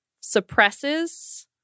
suppresses